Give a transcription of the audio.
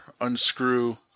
unscrew